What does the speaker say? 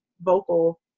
vocal